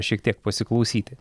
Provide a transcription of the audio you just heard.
šiek tiek pasiklausyti